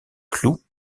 clou